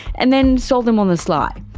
and then sold them on the sly.